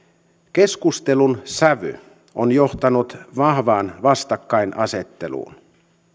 keskustelun sävy on johtanut vahvaan vastakkainasetteluun